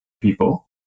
people